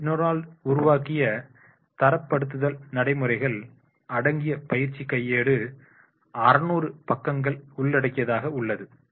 McDonald McDonald's உருவாக்கிய தரப்படுத்துதல் நடைமுறைகள் அடங்கிய பயிற்சி கையேடு 600 பக்கங்கள் உள்ளடக்கியதாக உள்ளது